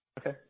Okay